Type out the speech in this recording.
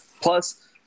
Plus